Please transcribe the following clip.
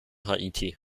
haiti